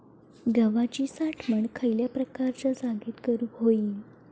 गव्हाची साठवण खयल्या प्रकारच्या जागेत करू होई?